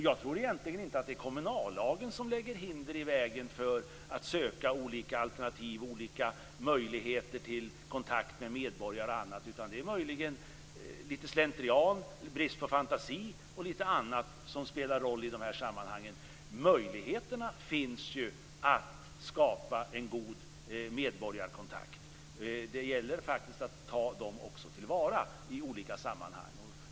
Jag tror egentligen inte att det är kommunallagen som lägger hinder i vägen för att söka olika alternativ och olika möjligheter till kontakt med medborgare. Det är slentrian, brist på fantasi och lite annat som spelar roll i dessa sammanhang. Möjligheterna finns att skapa en god medborgarkontakt. Det gäller faktiskt också att ta dem till vara i olika sammanhang.